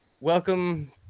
Welcome